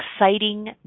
exciting